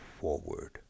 forward